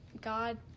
God